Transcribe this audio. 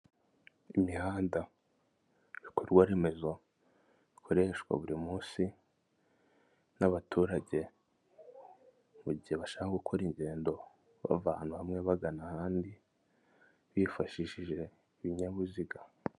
Imihanda, ibikorwa remezo, bikoreshwa buri munsi, n'abaturage, mu gihe bashaka gukora ingendo bava ahantu hamwe bagana ahandi, bifashishije ibinyabiziga.